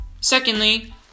Secondly